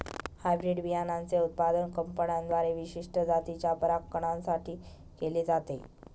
hybrid बियाणांचे उत्पादन कंपन्यांद्वारे विशिष्ट जातीच्या परागकणां साठी केले जाते